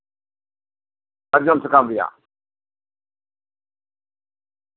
ᱥᱟᱨᱡᱚᱢ ᱥᱟᱠᱟᱢ ᱨᱮᱭᱟᱜ